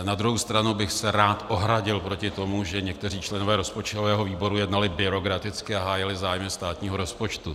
Na druhou stranu bych se rád ohradil proti tomu, že někteří členové rozpočtového výboru jednali byrokraticky a hájili zájmy státního rozpočtu.